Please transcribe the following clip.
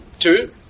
two